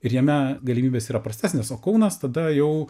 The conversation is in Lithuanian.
ir jame galimybės yra prastesnės o kaunas tada jau